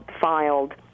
filed